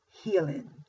healing